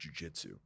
jujitsu